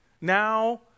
Now